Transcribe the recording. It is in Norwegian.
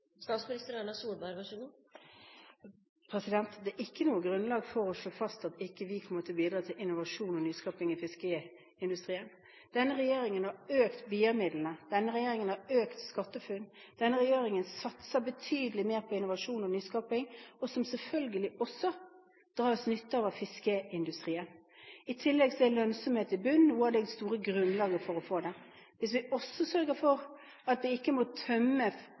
Det er ikke noe grunnlag for å slå fast at vi ikke kommer til å bidra til innovasjon og nyskaping i fiskeindustrien. Denne regjeringen har økt BIA-midlene, styrket SkatteFUNN-ordningen, og vi satser betydelig mer på innovasjon og nyskaping, som selvfølgelig også fiskeindustrien har nytte av. I tillegg er lønnsomheten i bunn noe av det store grunnlaget for å få til det. Hvis vi også sørger for at man ikke må tømme